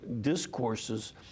discourses